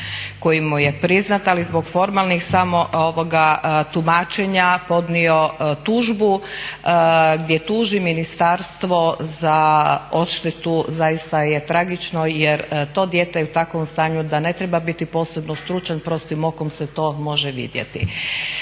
koji mu je priznat ali zbog formalnih samo tumačenja podnio tužbu gdje tuži ministarstvo za odštetu. Zaista je tragično jer to dijete je u takvom stanju da ne treba biti posebno stručan, prostim okom se to može vidjeti.